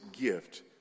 gift